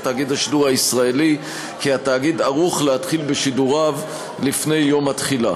תאגיד השידור הישראלי כי התאגיד ערוך להתחיל בשידוריו לפני יום התחילה.